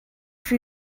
for